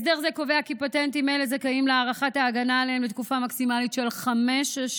הסדר זה קובע כי פטנטים אלה זכאים להארכת ההגנה עליהם לתקופה